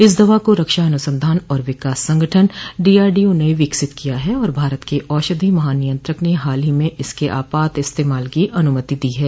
इस दवा को रक्षा अनुसंधान और विकास संगठन डीआरडीओ ने विकसित किया है और भारत के औषधि महानियंत्रक ने हाल ही में इसके आपात इस्तेमाल की अनुमति दी है